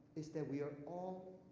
is that we are all